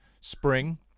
spring